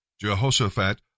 Jehoshaphat